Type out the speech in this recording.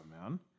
man